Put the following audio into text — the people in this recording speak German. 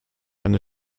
eine